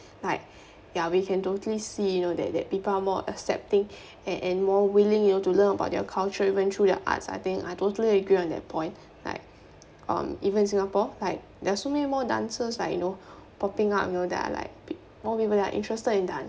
like ya we can totally see you know th~ that people are more accepting and and more willing you know to learn about their culture even through the arts I think I totally agree on that point like um even in singapore like there are so many more dancers like you know popping out you know there are like more people interested in dance